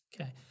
Okay